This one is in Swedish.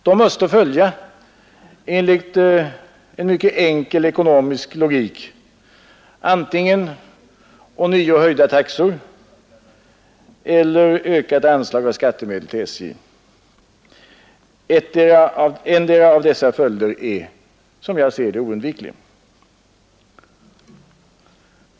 Då måste följa enligt en mycket enkel ekonomisk logik antingen ånyo höjda taxor eller ökade anslag av skattemedel till SJ. Endera av dessa följder är som jag ser det oundviklig.